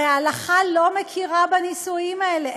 הרי ההלכה לא מכירה בנישואים האלה,